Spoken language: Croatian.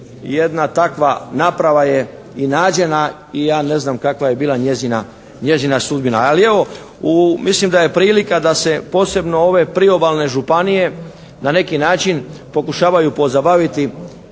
jedna takva naprava je i nađena i ja ne znam kakva je bila njezina sudbina. Ali evo mislim da je prilika da se posebno ove priobalne županije na neki način pokušavaju pozabaviti